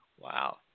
wow